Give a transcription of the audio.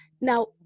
Now